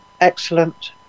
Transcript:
excellent